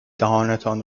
دهانتان